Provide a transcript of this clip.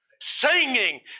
Singing